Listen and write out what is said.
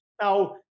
Now